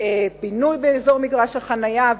ובינוי באזור מגרש החנייה,